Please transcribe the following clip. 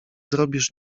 zrobisz